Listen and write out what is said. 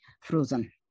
frozen